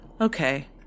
Okay